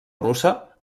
russa